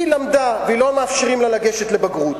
היא למדה ולא מאפשרים לה לגשת לבגרות.